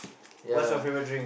ya